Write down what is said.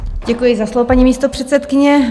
Děkuji za slovo, paní místopředsedkyně.